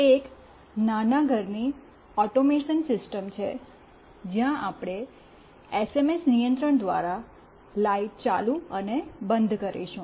એક નાના ઘરની ઑટોમેશન સિસ્ટમ છે જ્યાં આપણે એસએમએસ નિયંત્રણ દ્વારા લાઈટ ચાલુ અને બંધ કરીશું